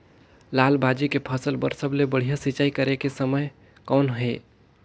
लाल भाजी के फसल बर सबले बढ़िया सिंचाई करे के समय कौन हे?